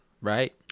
Right